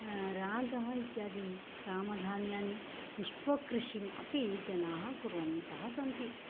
रागः इत्यादि ग्रामधान्यानि पुष्पकृषिम् अपि जनाः कुर्वन्तः सन्ति